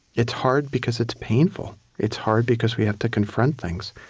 it's hard because it's painful. it's hard because we have to confront things.